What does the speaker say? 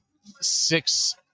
six